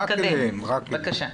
בבקשה.